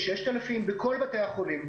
6,000 בכל בתי החולים.